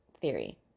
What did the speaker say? theory